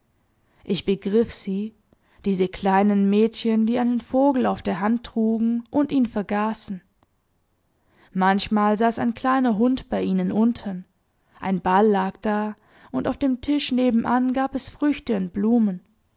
ich begriff sie diese kleinen mädchen die einen vogel auf der hand trugen und ihn vergaßen manchmal saß ein kleiner hund bei ihnen unten ein ball lag da und auf dem tisch nebenan gab es früchte und blumen